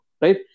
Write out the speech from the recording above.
Right